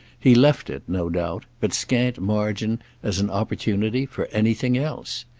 he left it, no doubt, but scant margin as an opportunity for anything else.